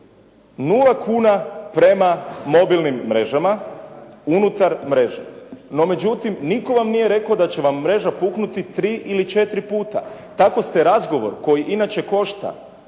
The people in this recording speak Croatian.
Nula kuna prema mobilnim mrežama unutar mreže. No međutim, nitko vam nije rekao da će vam mreža puknuti tri ili četiri puta. Tako ste razgovor koji inače košta,